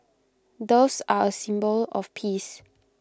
doves are A symbol of peace